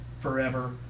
forever